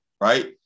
right